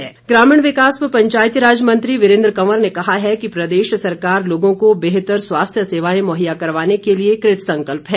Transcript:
वीरेंद्र कंवर ग्रामीण विकास व पंचायती राज मंत्री वीरेन्द्र कंवर ने कहा है कि प्रदेश सरकार लोगों को बेहतर स्वास्थ्य सेवाएं मुहैया करवाने के लिए कृतसंकल्प है